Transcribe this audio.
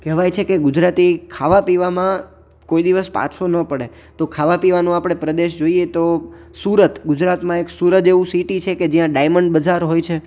કહેવાય છે કે ગુજરાતી ખાવા પીવામાં કોઈ દિવસ પાછો નો પડે તો ખાવા પીવાનું આપણે પ્રદેશ જોઈએ તો સુરત ગુજરાતમાં એક સુરત એવું સીટી કે જ્યાં ડાયમંડ બજાર હોય છે